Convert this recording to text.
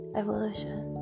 evolution